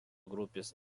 grupės